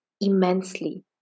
immensely